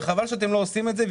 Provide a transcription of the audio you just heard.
וחבל שאתם לא עושים את זה.